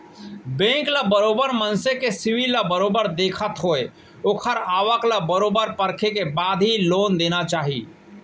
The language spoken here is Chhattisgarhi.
बेंक ल बरोबर मनसे के सिविल ल बरोबर देखत होय ओखर आवक ल बरोबर परखे के बाद ही लोन देना चाही